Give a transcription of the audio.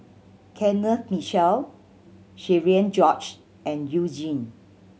Kenneth Mitchell Cherian George and You Jin